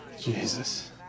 jesus